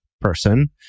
person